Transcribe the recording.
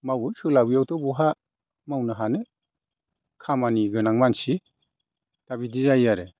मावो सोलाबियावथ' बहा मावनो हानो खामानि गोनां मानसि दा बिदि जायो आरो